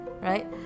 right